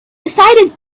decided